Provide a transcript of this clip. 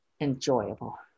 enjoyable